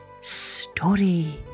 Story